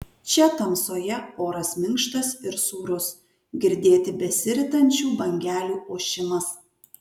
čia tamsoje oras minkštas ir sūrus girdėti besiritančių bangelių ošimas